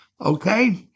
okay